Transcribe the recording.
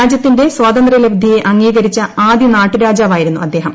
രാജ്യത്തിന്റെ സ്വാതന്ത്ര ലബ്ധിയെ അംഗീകരിച്ച ആദൃ നാട്ടുരാജാവായിരുന്നു അദ്ദേഹം